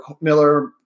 Miller